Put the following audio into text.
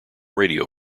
radio